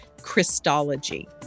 Christology